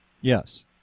Yes